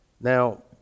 Now